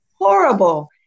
horrible